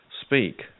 speak